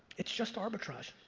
it's just arbitrage.